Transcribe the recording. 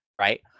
right